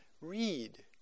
read